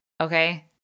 okay